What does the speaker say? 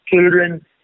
Children